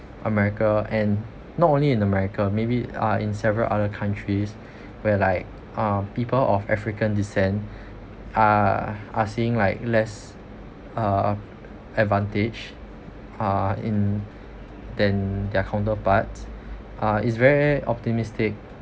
america and not only in america maybe uh in several other countries where like uh people of african descent are are seeing like less uh advantage uh in than their counterparts uh is very very optimistic